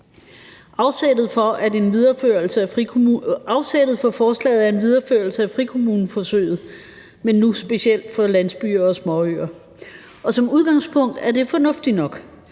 Afsættet for forslaget er en videreførelse af frikommuneforsøget, men nu specielt for landsbyer og småøer. Og som udgangspunkt er det fornuftigt nok